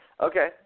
Okay